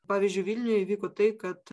pavyzdžiui vilniuj įvyko tai kad